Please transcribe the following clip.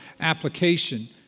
application